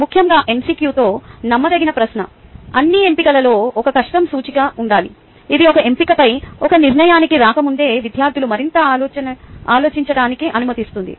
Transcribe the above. ముఖ్యంగా MCQ తో నమ్మదగిన ప్రశ్న అన్ని ఎంపికలలో ఒకే కష్టం సూచిక ఉండాలి ఇది ఒక ఎంపికపై ఒక నిర్ణయానికి రాకముందే విద్యార్థులు మరింత ఆలోచించటానికి అనుమతిస్తుంది